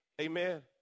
Amen